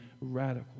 radical